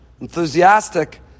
enthusiastic